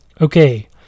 Okay